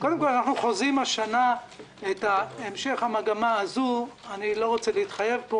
קודם כול אנחנו חוזים השנה את המשך המגמה הזו אני לא רוצה להתחייב פה